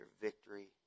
victory